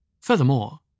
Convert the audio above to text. Furthermore